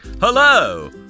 Hello